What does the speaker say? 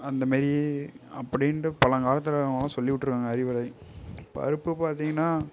அந்தமாரி அப்படீன்ற பழங்காலத்தில் அவுங்களாம் சொல்லி விட்டிருக்காங்க அறிவுரை பருப்பு பார்த்திங்கனா